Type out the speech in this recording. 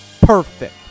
perfect